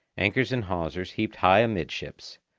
anchors and hawsers heaped high amidships,